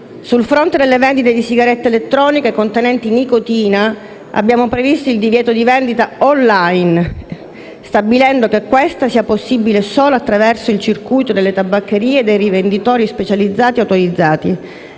Sul fronte delle vendite di sigarette elettroniche contenenti nicotina, abbiamo previsto il divieto di vendita *online*, stabilendo che questa sia possibile solo attraverso il circuito delle tabaccherie e dei rivenditori specializzati autorizzati.